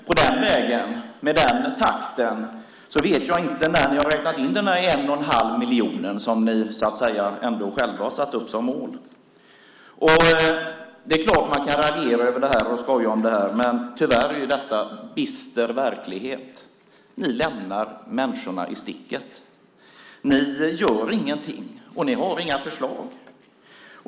På den vägen och med den takten vet jag inte när ni har räknat in den en och en halvmiljon som ni själva har satt upp som mål. Det är klart att man kan raljera och skoja om det här, men tyvärr är det en bister verklighet att ni lämnar människorna i sticket. Ni gör ingenting och ni har inga förslag.